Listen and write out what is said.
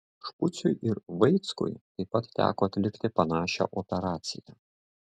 špuciui ir vaickui taip pat teko atlikti panašią operaciją